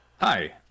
Hi